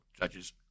judges